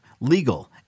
legal